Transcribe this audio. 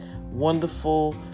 wonderful